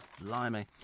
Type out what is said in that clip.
blimey